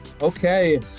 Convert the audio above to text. Okay